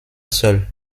seul